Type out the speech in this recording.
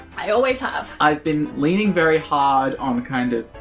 i always have. i've been leaning very hard on kind of,